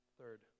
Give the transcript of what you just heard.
Third